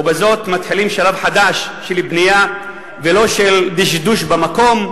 ובזאת מתחילים שלב חדש של בנייה ולא של דשדוש במקום,